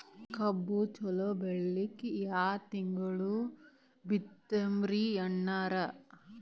ಕಬ್ಬು ಚಲೋ ಬೆಳಿಲಿಕ್ಕಿ ಯಾ ತಿಂಗಳ ಬಿತ್ತಮ್ರೀ ಅಣ್ಣಾರ?